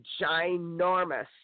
ginormous